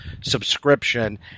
subscription